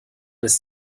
ist